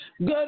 Good